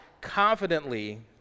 confidently